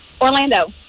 Orlando